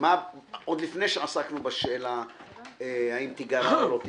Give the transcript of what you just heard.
עוד לפני השאלה אם תיגרע או לא תיגרע,